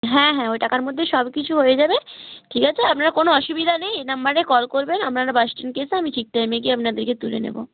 হ্যাঁ হ্যাঁ ওই টাকার মধ্যে সব কিছু হয়ে যাবে ঠিক আছে আপনারা কোনও অসুবিধা নেই এই নাম্বারে কল করবেন আপনারা বাস স্ট্যান্ডে এসে আমি ঠিক টাইমে গিয়ে আপনাদেরকে তুলে নেব